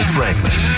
Franklin